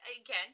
Again